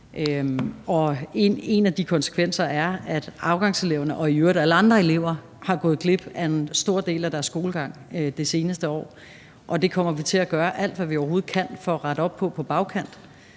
En af de konsekvenser er, at afgangseleverne og i øvrigt alle andre elever er gået glip af en stor del af deres skolegang det seneste år, og det kommer vi til at gøre alt, hvad vi overhovedet kan, for at rette op på på bagkant.